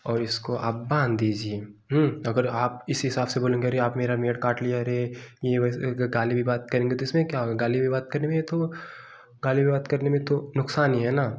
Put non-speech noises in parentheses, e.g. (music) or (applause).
और इसको आप बांध दीजिए अगर आप इस हिसाब से बोलेंगे अरे आप मेरा मेड़ काट लिये अरे ये गाली में बात करेंगे तो उसमें क्या हो गाली में बात करें (unintelligible) तो गाली में बात करने में तो नुकसान ही है ना